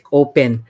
open